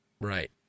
Right